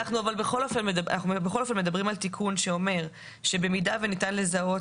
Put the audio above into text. בכל אופן אנחנו מדברים על תיקון שאומר שבמידה וניתן לזהות